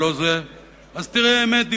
אז תראה: אמת דיברתי.